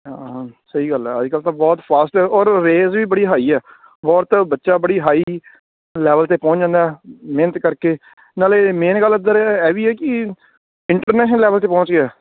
ਹਾਂ ਹਾਂ ਸਹੀ ਗੱਲ ਹੈ ਅੱਜ ਕੱਲ੍ਹ ਤਾਂ ਬਹੁਤ ਫਾਸਟ ਔਰ ਰੇਸ ਵੀ ਬੜੀ ਹਾਈ ਹੈ ਔਰ ਬੱਚਾ ਬੜੀ ਹਾਈ ਲੈਵਲ 'ਤੇ ਪਹੁੰਚ ਜਾਂਦਾ ਮਿਹਨਤ ਕਰਕੇ ਨਾਲੇ ਮੇਨ ਗੱਲ ਇੱਧਰ ਇਹ ਵੀ ਹੈ ਕਿ ਇੰਟਰਨੈਸ਼ਨਲ ਲੈਵਲ 'ਤੇ ਪਹੁੰਚ ਗਿਆ